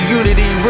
unity